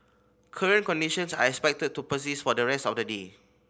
current conditions are expected to persist for the rest of the day